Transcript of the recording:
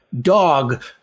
Dog